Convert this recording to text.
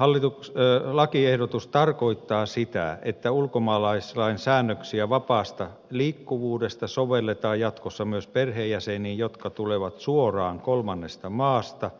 tämä lakiehdotus tarkoittaa sitä että ulkomaalaislain säännöksiä vapaasta liikkuvuudesta sovelletaan jatkossa myös perheenjäseniin jotka tulevat suoraan kolmannesta maasta